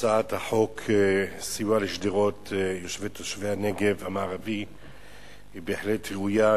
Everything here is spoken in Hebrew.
הצעת חוק סיוע לשדרות וליישובי הנגב המערבי היא בהחלט ראויה,